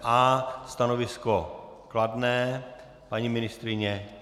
A, stanovisko kladné, paní ministryně?